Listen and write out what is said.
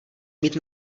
mít